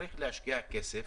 צריך להשקיע כסף.